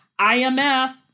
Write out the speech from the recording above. IMF